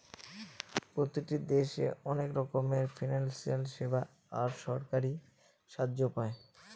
প্রতিটি দেশে অনেক রকমের ফিনান্সিয়াল সেবা আর সরকারি সাহায্য পায়